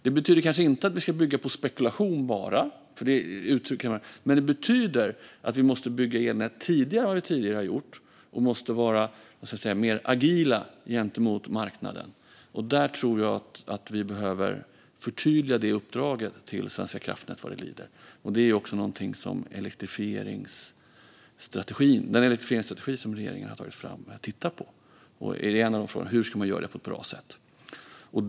Det betyder kanske inte att vi ska bygga bara på spekulation. Men vi måste bygga elnät tidigare än vi gjort hittills och vara mer agila gentemot marknaden. Jag tror att vi behöver förtydliga uppdraget till Svenska kraftnät vad det lider. Det är också något som man tittar på inom ramen för den elektrifieringsstrategi som regeringen har tagit fram. En av frågorna är hur det ska göras på ett bra sätt.